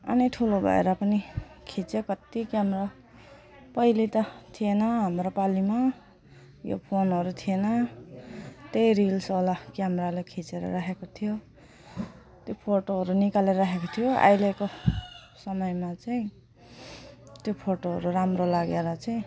अनि ठुलो भएर पनि खिचेँ कति क्यामरा पहिले त थिएन हाम्रो पालिमा यो फोनहरू थिएन त्यही रिल्स वाला क्यामराले खिचेर राखेको थियो त्यो फोटोहरू निकालेर राखेको थियो अहिलेको समयमा चाहिँ त्यो फोटोहरू राम्रो लागेर चाहिँ